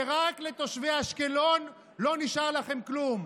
ורק לתושבי אשקלון לא נשאר לכם כלום.